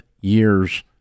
years